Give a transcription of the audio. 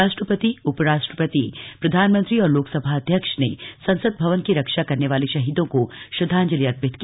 राष्ट्रपति उपराष्ट्रपति प्रधानमंत्री और लोकसभा अध्यक्ष ने संसद भवन की रक्षा करने वाले शहीदों को श्रद्दांजलि अर्पित की